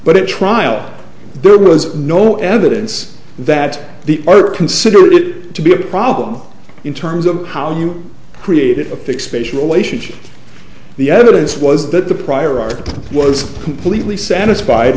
but it trial there was no evidence that the earth considered it to be a problem in terms of how you created a fake spatial relationship the evidence was that the prior art was completely satisfied